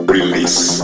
Release